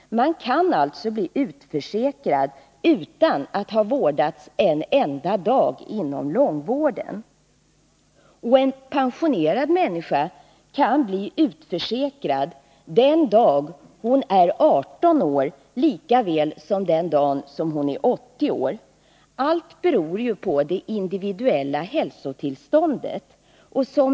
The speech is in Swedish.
Man kan alltså bli utförsäkrad utan att ha vårdats en enda dag inom långvården. En pensionerad människa kan bli utförsäkrad den dag hon är 18 år lika väl som den dag hon är 80. Allt beror på det individuella hälsotillståndet.